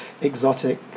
exotic